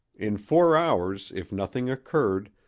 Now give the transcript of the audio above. in four hours, if nothing occurred,